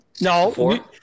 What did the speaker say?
No